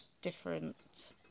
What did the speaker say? Different